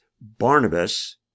Barnabas